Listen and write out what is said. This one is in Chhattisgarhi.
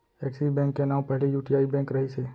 एक्सिस बेंक के नांव पहिली यूटीआई बेंक रहिस हे